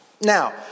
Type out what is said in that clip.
Now